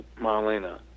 Marlena